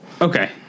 Okay